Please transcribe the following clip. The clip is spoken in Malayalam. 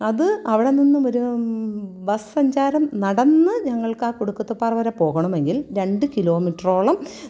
അത് അവിടെ നിന്നും ഒരു ബസ് സഞ്ചാരം നടന്ന് ഞങ്ങൾക്കാ കുടുകുത്തിപ്പാറ വരെ പോകണമെങ്കിൽ രണ്ട് കിലോ മീറ്ററോളം